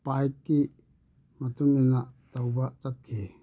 ꯄꯥꯏꯇꯤ ꯃꯇꯨꯡ ꯏꯟꯅ ꯇꯧꯕ ꯆꯠꯈꯤ